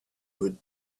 would